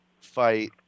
fight